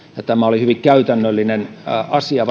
tämä vapautuslaki oli varmaan hyvin käytännöllinen asia